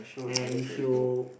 and if you